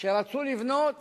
שרצו לבנות